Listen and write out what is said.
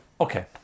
Okay